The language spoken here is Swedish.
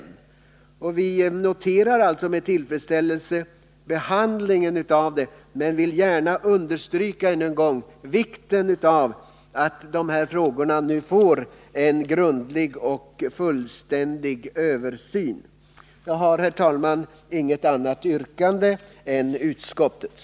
Vi noterar alltså med tillfredsställelse behandlingen Bidrag till kollekav motionen, men jag vill gärna än en gång understryka vikten av att de här frågorna nu får en grundlig och fullständig översyn. Jag har, herr talman, inget annat yrkande än utskottets.